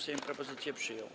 Sejm propozycję przyjął.